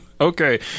okay